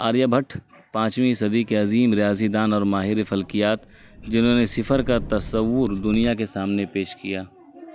آریہ بھٹ پانچویں صدی کے عظیم ریاضی دان اور ماہر فلکیات جنہوں نے صفر کا تصور دنیا کے سامنے پیش کیا